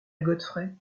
godfrey